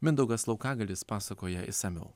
mindaugas laukagalis pasakoja išsamiau